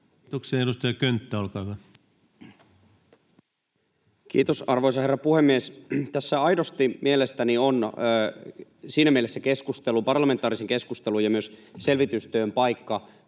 Time: 19:57 Content: Kiitos, arvoisa herra puhemies! Tässä aidosti mielestäni on siinä mielessä keskustelun, parlamentaarisen keskustelun ja myös selvitystyön paikka,